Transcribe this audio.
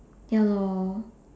ya lor